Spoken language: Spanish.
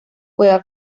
juega